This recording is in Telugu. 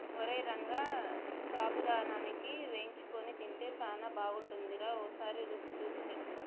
ఓరై రంగ సాబుదానాని వేయించుకొని తింటే సానా బాగుంటుందిరా ఓసారి రుచి సూసి సెప్పు